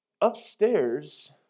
upstairs